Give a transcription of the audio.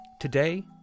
Today